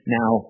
now